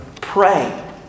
pray